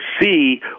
see